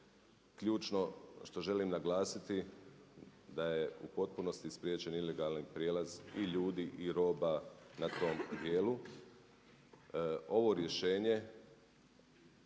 Ključno što želim naglasiti da je u potpunosti spriječen ilegalni prijelaz i ljudi i roba na tom dijelu. Ovo rješenje,